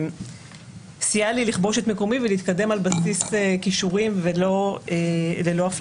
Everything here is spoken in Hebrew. זה סייע לי לכבוש את מקומי ולהתקדם על בסיס כישורים וללא אפליה.